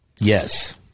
Yes